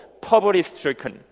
poverty-stricken